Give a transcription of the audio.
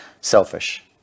selfish